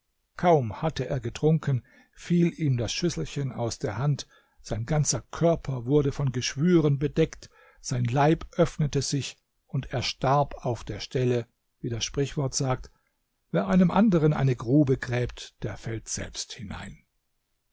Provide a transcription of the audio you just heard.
kaum hatte er getrunken fiel ihm das schüsselchen aus der hand sein ganzer körper wurde von geschwüren bedeckt sein leib öffnete sich und er starb auf der stelle wie das sprichwort sagt wer einem anderen eine grube gräbt der fällt selbst hinein